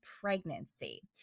pregnancy